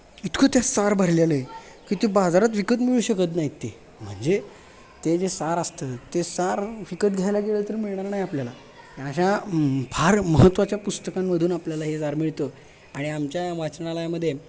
इतकं त्यात सार भरलेलं आहे की ते बाजारात विकत मिळू शकत नाहीत ते म्हणजे ते जे सार असतं ते सार विकत घ्यायला गेलं तर मिळणार नाही आपल्याला अशा फार महत्त्वाच्या पुस्तकांमधून आपल्याला हे सार मिळतं आणि आमच्या वाचनालयामध्ये